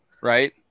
Right